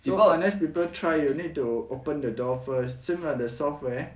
so unless people try you need to open the door first same like the software